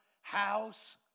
house